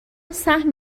سهم